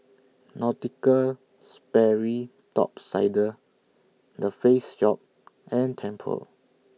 Nautica Sperry Top Sider The Face Shop and Tempur